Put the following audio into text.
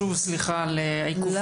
אני